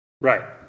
Right